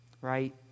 Right